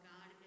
God